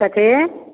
कथी